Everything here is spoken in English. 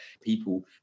people